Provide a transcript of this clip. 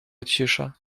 cisza